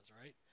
right